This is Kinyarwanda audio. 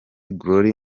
gloire